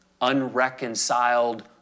unreconciled